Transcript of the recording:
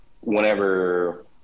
whenever